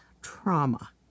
trauma